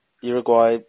Uruguay